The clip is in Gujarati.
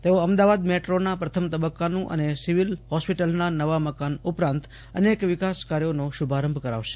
તેઓ અમદાવાદ મેટ્રોના પ્રથમ તબક્કાનું અને સિવિલ હોસ્પિટલના નવા મકાન ઉપરાંત અનેક વિકાસ કાર્યોનો શુભારંભ કરાવશે